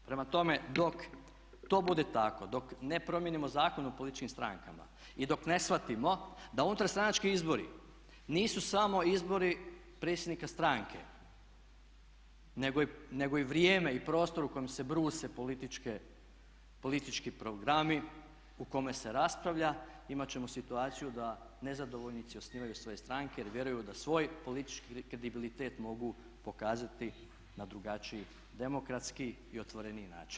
Prema tome dok to bude tako, dok ne promijenimo Zakon o političkim strankama i dok ne shvatimo da unutar stranački izbori nisu samo izbori predsjednika stranke nego i vrijeme i prostor u kojem se bruse politički programi, u kome se raspravlja, imati ćemo situaciju da nezadovoljnici osnivaju svoje stranke jer vjeruju da svoj politički kredibilitet mogu pokazati na drugačiji, demokratski i otvoreniji način.